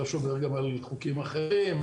שלא שומר גם על חוקים אחרים,